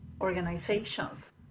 organizations